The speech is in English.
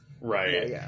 Right